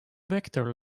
vector